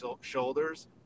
shoulders